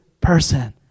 person